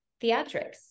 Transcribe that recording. theatrics